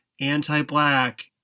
anti-black